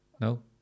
No